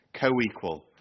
co-equal